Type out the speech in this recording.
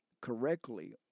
correctly